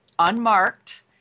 unmarked